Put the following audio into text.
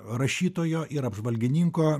rašytojo ir apžvalgininko